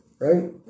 Right